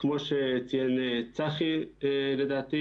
כמו שציין צחי סעד,